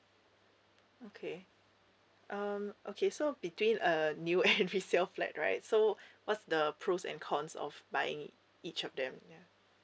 okay um okay so between a new and resale flat right so what's the pros and cons of buying each of them ya